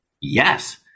yes